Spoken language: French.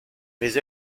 mais